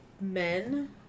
men